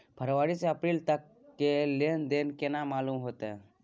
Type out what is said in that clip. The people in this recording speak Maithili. फरवरी से अप्रैल तक के लेन देन केना मालूम होते?